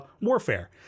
warfare